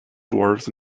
dwarves